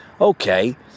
Okay